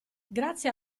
grazie